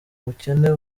bukene